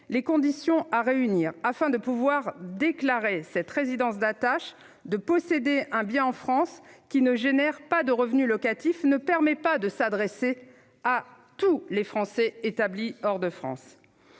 les conditions à réunir pour déclarer cette résidence d'attache- posséder un bien en France qui ne génère pas de revenus locatifs -ne permettent pas de cibler tous les Français établis hors de France.